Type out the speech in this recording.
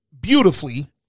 beautifully